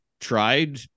tried